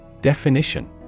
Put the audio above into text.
Definition